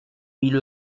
mille